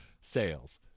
Sales